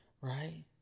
right